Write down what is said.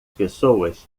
pessoas